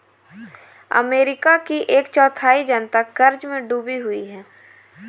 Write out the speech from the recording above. America की एक चौथाई जनता क़र्ज़ में डूबी हुई है